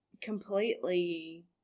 completely